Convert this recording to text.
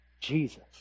Jesus